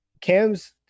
Cam's